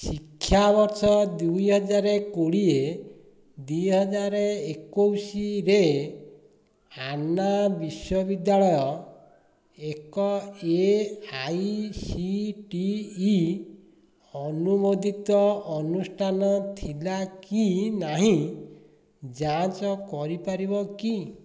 ଶିକ୍ଷାବର୍ଷ ଦୁଇହଜାରକୋଡ଼ିଏ ଦୁଇହଜାରଏକୋଇଶିରେ ଆନ୍ନା ବିଶ୍ୱବିଦ୍ୟାଳୟ ଏକ A I C T E ଅନୁମୋଦିତ ଅନୁଷ୍ଠାନ ଥିଲା କି ନାହିଁ ଯାଞ୍ଚ କରିପାରିବ କି